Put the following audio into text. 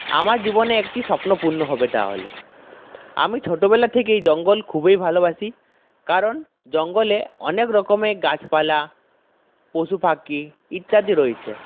আমার জীবনে একটি স্বপ্ন পূর্ণ হবে তাহলে আমি ছোটবেলা থেকেই জঙ্গল খুবই ভালোবাসি কারণ জঙ্গলে অনেক রকমের গাছপালা পশুপাখি ইত্যাদি রয়েছে